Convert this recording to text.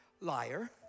Liar